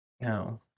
No